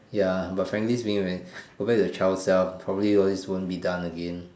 ya but frankly speaking when compared to child self probably all these won't be done again